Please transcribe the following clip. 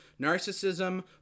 narcissism